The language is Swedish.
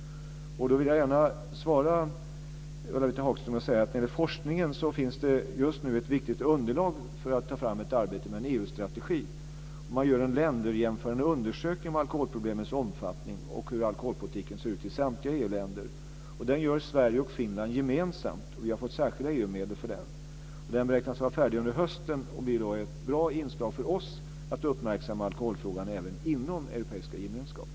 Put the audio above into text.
Jag vill gärna svara Ulla-Britt Hagström genom att säga att det när det gäller forskningen just nu finns ett viktigt underlag för att ta fram ett arbete med en EU-strategi. Man gör en jämförande undersökning av alkoholproblemens omfattning och hur alkoholpolitiken ser ut i samtliga EU-länder. Den gör Sverige och Finland gemensamt. Vi har fått särskilda EU-medel för den. Den beräknas vara färdig under hösten, och det blir då ett bra sätt för oss att uppmärksamma alkoholfrågan även inom den europeiska gemenskapen.